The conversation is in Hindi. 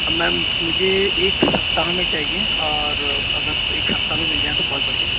मैम मुझे एक सप्ताह में चाहिए और अगर एक सप्ताह में मिल जाएँ तो बहुत बढ़िया